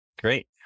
great